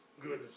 goodness